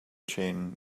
chain